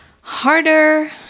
harder